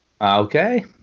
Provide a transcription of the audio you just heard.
Okay